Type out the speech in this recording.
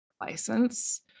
license